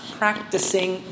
practicing